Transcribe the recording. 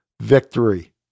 victory